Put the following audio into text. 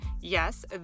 Yes